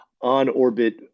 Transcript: on-orbit